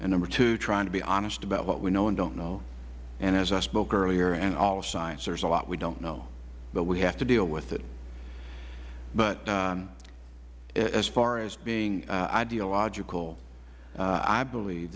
and number two trying to be honest about what we know and don't know and as i spoke earlier in all science there is a lot we don't know but we have to deal with it but as far as being ideological i believe